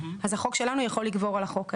אם כן, החוק שלנו יכול לגבור על החוק הזה.